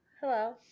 Hello